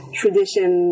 tradition